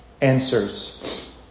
answers